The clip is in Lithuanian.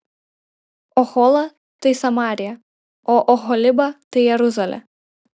ohola tai samarija o oholiba tai jeruzalė